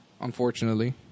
Unfortunately